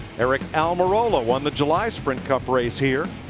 aric almirola won the july sprint cup race here.